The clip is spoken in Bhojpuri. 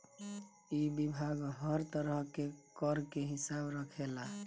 इ विभाग हर तरह के कर के हिसाब रखेला